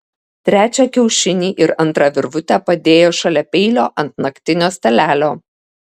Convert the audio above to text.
trečią kiaušinį ir antrą virvutę padėjo šalia peilio ant naktinio stalelio